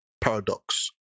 Paradox